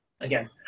again